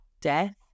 death